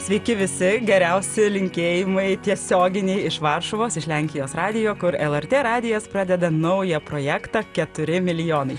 sveiki visi geriausi linkėjimai tiesioginiai iš varšuvos iš lenkijos radijo kur lrt radijas pradeda naują projektą keturi milijonai